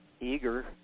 eager